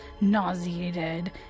nauseated